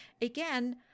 Again